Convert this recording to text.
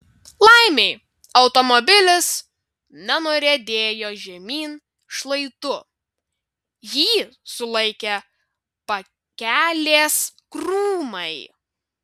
laimei automobilis nenuriedėjo žemyn šlaitu jį sulaikė pakelės krūmai